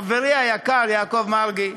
חברי היקר יעקב מרגי,